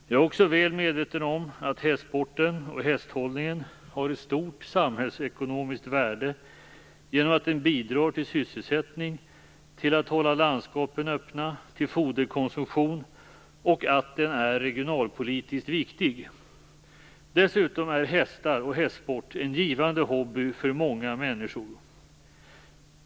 Jag är också väl medveten om att hästsporten och hästhållningen har ett stort samhällsekonomiskt värde genom att den bidrar till sysselsättning, till att hålla landskapen öppna och till foderkonsumtion och att den är regionalpolitiskt viktig. Dessutom är hästar och hästsport en givande hobby för många människor.